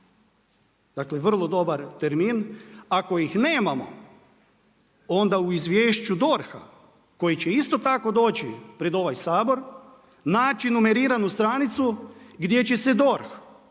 dakle vrlo dobar termin, ako ih nemamo onda u izvješću DORH-a koji će isto tako doći pred ovaj Sabor naći numeriranu stranicu gdje će se DORH